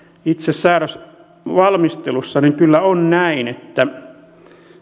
itse säädösvalmisteluissa kyllä on näin että